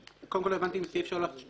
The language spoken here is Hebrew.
קודם כול, לא הבנתי את סעיף 3(א).